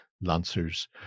lancers